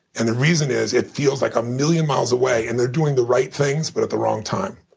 and the reason is it feels like a million miles away, and they're doing the right things but at the wrong time.